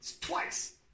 twice